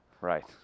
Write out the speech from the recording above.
Right